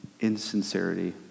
insincerity